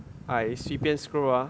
I 随便 scroll ah